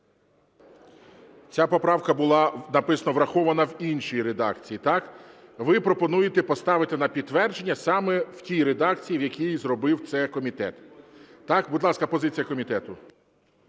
Ця поправка була, написано, врахована в іншій редакції. Так? Ви пропонуєте поставити на підтвердження саме в тій редакції, в якій зробив це комітет. Так? Будь ласка, позиція комітету.